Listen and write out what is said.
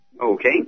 Okay